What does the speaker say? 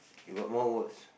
you got more words